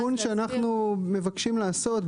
התיקון שאנחנו מבקשים לעשות,